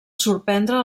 sorprendre